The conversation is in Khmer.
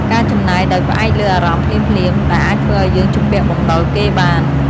ការចំណាយដោយផ្អែកលើអារម្មណ៍ភ្លាមៗ អាចធ្វើឲ្យយើងជំពាក់បំណុលគេបាន។